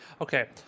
Okay